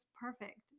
perfect